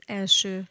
első